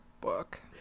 book